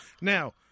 Now